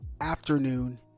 afternoon